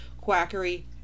quackery